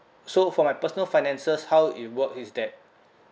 so for my personal finances how it work is that